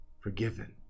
forgiven